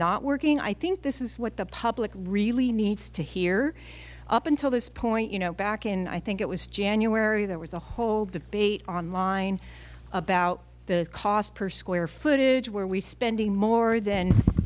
not working i think this is what the public really needs to hear up until this point you know back in i think it was january there was a whole debate online about the cost per square footage where we spending more than